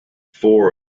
four